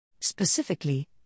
Specifically